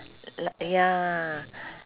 lik~ ya